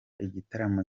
igitaramo